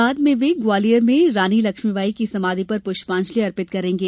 बाद में वे ग्वालियर में रानी लक्ष्मीबाई की समाधि पर पुष्पांजली अर्पित करेंगे